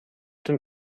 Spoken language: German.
den